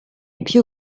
più